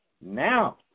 Now